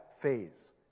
phase